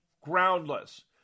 groundless